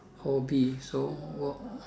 hobby so what